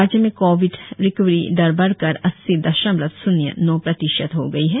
राज्य में COVID recovery दर बढ़कर अस्सी दशमलव शून्य नौ प्रतिशत हो गई है